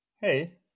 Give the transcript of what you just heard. Hey